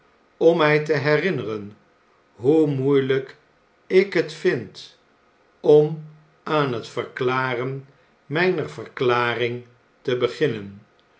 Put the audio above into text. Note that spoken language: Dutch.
om mg te herinneren hoe moeiigk ik het vind om aan het verklaren mgner verklaring te beginnen